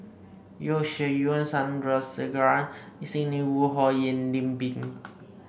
Yeo Shih Yun Sandrasegaran Sidney Woodhull Lim Pin